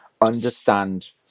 understand